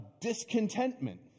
discontentment